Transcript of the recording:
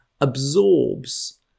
absorbs